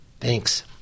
Thanks